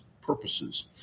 purposes